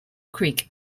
creek